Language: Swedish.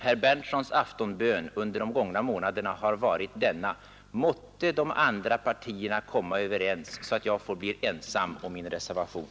Herr Berndtsons aftonbön under de gångna månaderna har varit: Måtte de andra partierna komma överens, så att jag får bli ensam om min reservation!